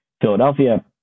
Philadelphia